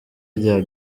rya